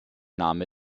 name